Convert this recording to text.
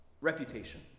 Reputation